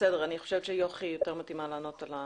בסדר, אני חושבת שיוכי יותר מתאימה לענות על זה.